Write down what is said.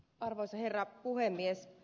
arvoisa herra puhemies